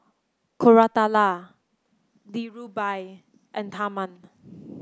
Koratala Dhirubhai and Tharman